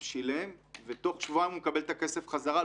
שילם ותוך שבועיים הוא צריך לקבל את הכסף חזרה,